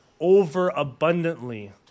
overabundantly